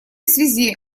связи